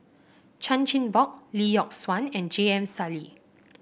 Chan Chin Bock Lee Yock Suan and J M Sali